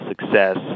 success